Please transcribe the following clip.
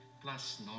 Plus